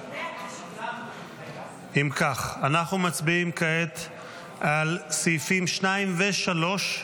190. אם כך, אנחנו מצביעים כעת על סעיפים 2 ו-3.